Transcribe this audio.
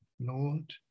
lord